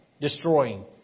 destroying